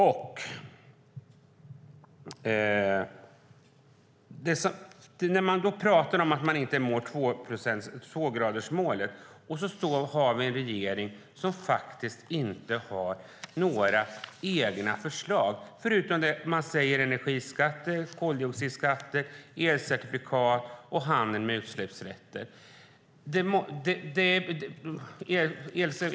Det talas om att vi inte når tvågradersmålet, och så har vi en regering som inte har några egna förslag förutom energiskatter, koldioxidskatter, elcertifikat och handel med utsläppsrätter.